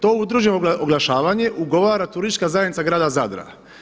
To udruženo oglašavanje ugovara Turistička zajednica grada Zadra.